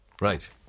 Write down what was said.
Right